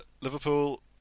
Liverpool